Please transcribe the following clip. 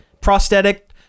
prosthetic